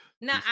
No